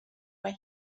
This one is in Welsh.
mae